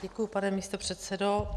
Děkuji, pane místopředsedo.